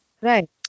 Right